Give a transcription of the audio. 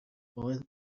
boy